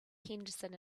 henderson